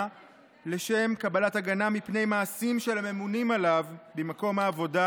לשם קבלת הגנה מפני מעשים של הממונים עליו במקום העבודה,